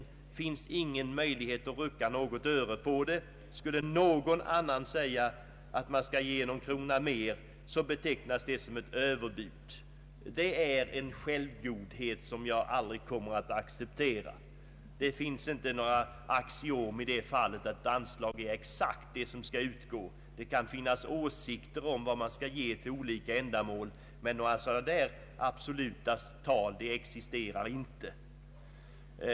Det finns ingen möjlighet att rucka något öre på dem. Skulle någon annan säga att vi skall ge litet större anslag betecknas det som överbud. Detta är en självgodhet som jag aldrig kommer att acceptera. Det är absolut inget axiom att ett anslag som riksdagen beviljar måste vara av exakt den storlek som regeringen stannat för. Det kan finnas åsikter om vad man skall ge till olika ändamål, men några absolut riktiga tal existerar inte.